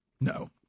No